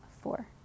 four